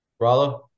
Rallo